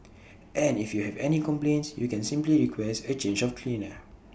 and if you have any complaints you can simply request A change of cleaner